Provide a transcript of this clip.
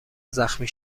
زخمی